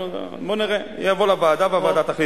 בוא נראה, יבוא לוועדה והוועדה תחליט.